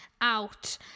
Out